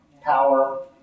power